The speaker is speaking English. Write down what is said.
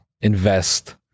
invest